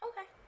Okay